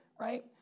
Right